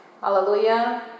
Hallelujah